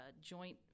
joint